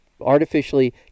artificially